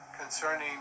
concerning